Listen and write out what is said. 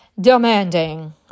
Demanding